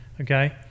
okay